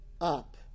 up